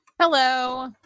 Hello